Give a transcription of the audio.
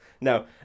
No